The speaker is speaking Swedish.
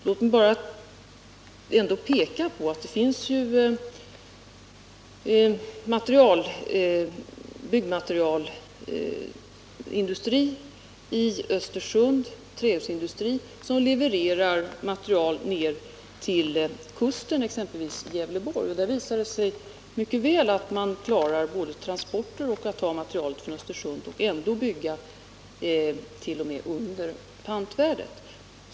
Låt mig peka på att det finns byggmaterialindustri i Östersund — en trähusindustri — som levererar material ned till kusten, exempelvis till Gävleborg. Där visar det sig att man mycket väl klarar att ta material från Östersund och ändå kan bygga till kostnader under pantvärdet.